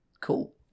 Cool